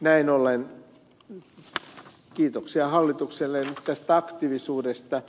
näin ollen kiitoksia hallitukselle tästä aktiivisuudesta